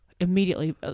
Immediately